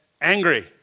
angry